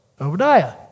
Obadiah